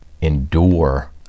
endure